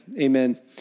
amen